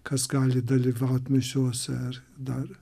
kas gali dalyvaut mišiose ar dar